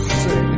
say